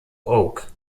oak